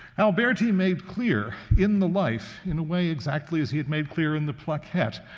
alberti made clear in the life, in a way exactly as he had made clear in the plaquette,